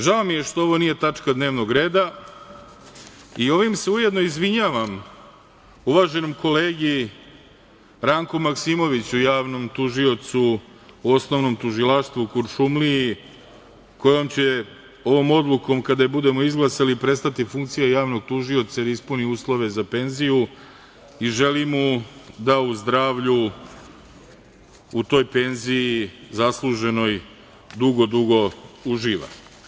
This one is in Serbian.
Žao mi je što ovo nije tačka dnevnog reda i ovim se ujedno izvinjavam uvaženom kolegi Ranku Maksimoviću, javnom tužiocu u Osnovnom tužilaštvu u Kuršumliji kojem će ovom odlukom, kada je budemo izglasali, prestati funkcija javnog tužioca, jer je ispunio uslove za penziju i želim mu da u zdravlju, u toj penziji zasluženoj dugo, dugo uživa.